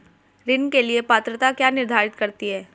ऋण के लिए पात्रता क्या निर्धारित करती है?